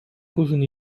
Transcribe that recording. кожен